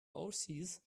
horses